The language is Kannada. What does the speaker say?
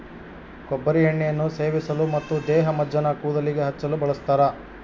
ಕೊಬ್ಬರಿ ಎಣ್ಣೆಯನ್ನು ಸೇವಿಸಲು ಮತ್ತು ದೇಹಮಜ್ಜನ ಕೂದಲಿಗೆ ಹಚ್ಚಲು ಬಳಸ್ತಾರ